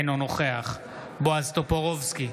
אינו נוכח בועז טופורובסקי,